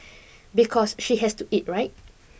because she has to eat right